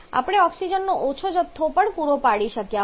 આપણે ઓક્સિજનનો ઓછો જથ્થો પણ પૂરો પાડી શક્યા હોત